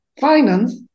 finance